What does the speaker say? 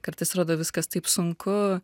kartais atrodo viskas taip sunku